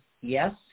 yes